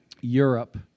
Europe